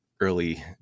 early